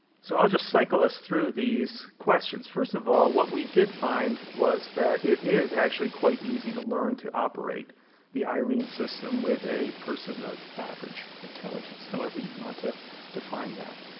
so i'll just cycle us through these questions. first of all, what we did find was that it is actually quite easy to learn to operate the irene system with a person of average intelligence, however you want to define that.